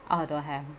oh don't have